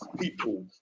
People